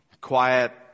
quiet